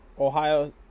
Ohio